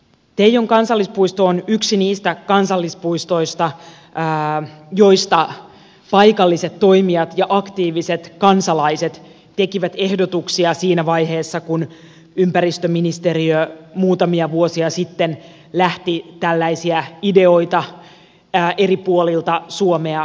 teijon kansallispuisto on yksi niistä kansallispuistoista joista paikalliset toimijat ja aktiiviset kansalaiset tekivät ehdotuksia siinä vaiheessa kun ympäristöministeriö muutamia vuosia sitten lähti tällaisia ideoita eri puolilta suomea keräämään